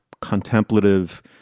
contemplative